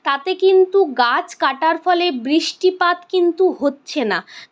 তাতে কিন্তু গাছ কাটার ফলে বৃষ্টিপাত কিন্তু হচ্ছে না